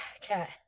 cat